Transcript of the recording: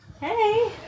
Hey